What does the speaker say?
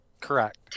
Correct